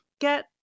get